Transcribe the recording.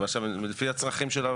זה לפי הצרכים.